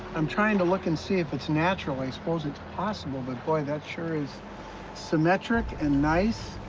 i'm trying to look and see if it's natural. i suppose it's possible, but boy that sure is symmetric and nice.